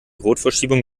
rotverschiebung